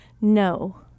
no